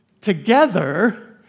together